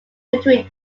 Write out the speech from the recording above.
between